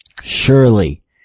surely